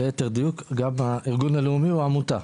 ליתר דיוק, גם הארגון הלאומי הוא עמותה.